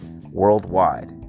worldwide